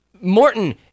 Morton